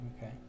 Okay